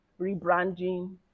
rebranding